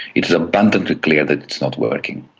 it is abundantly clear that it's not working.